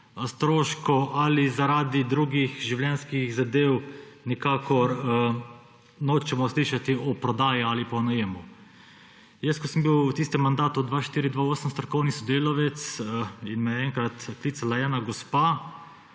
stroškov ali zaradi drugih življenjskih zadev – nikakor nočemo slišati o prodaji ali pa o najemu. Ko sem bil v mandatu 2004–2008 strokovni sodelavec in me je enkrat klicala ena gospa,